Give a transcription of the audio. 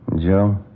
Joe